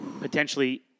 potentially